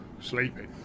sleeping